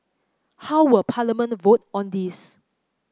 how will Parliament vote on this